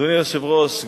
אדוני היושב-ראש,